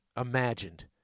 imagined